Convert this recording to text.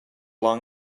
long